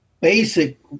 basic